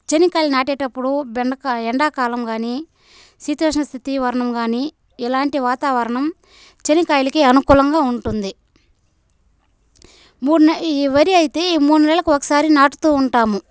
శనక్కాయలు నాటేటప్పుడు బెండక ఎండాకాలం కానీ శీతోష్ణస్థితి వర్ణం కానీ ఇలాంటి వాతావరణం శనక్కాయలకి అనుకూలంగా ఉంటుంది మూడు నెలలు ఈ వరి అయితే మూడు నెలలకు ఒకసారి నాటుతో ఉంటాము